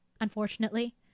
unfortunately